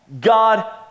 God